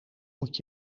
moet